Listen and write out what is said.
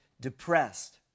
depressed